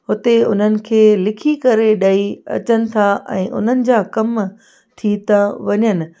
हुते उन्हनि खे लिखी करे ॾेई अचनि था ऐं उन्हनि जा कम थी था वञनि